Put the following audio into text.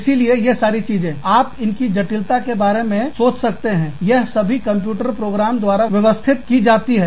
इसीलिए यह सारी चीजें आप इनकी जटिलता के बारे में सोच सकते हैं यह सभी कंप्यूटर प्रोग्राम द्वारा व्यवस्थित की जाती है